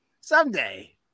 Someday